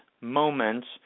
moments